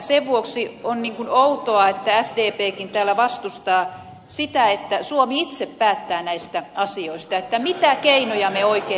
sen vuoksi on outoa että sdpkin täällä vastustaa sitä että suomi itse päättää näistä asioista että mitä keinoja me oikein tässä käytämme